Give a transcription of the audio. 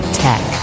tech